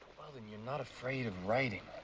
weldon, you are not afraid of writing,